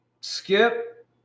Skip